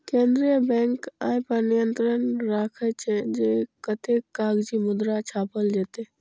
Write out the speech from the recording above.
केंद्रीय बैंक अय पर नियंत्रण राखै छै, जे कतेक कागजी मुद्रा छापल जेतै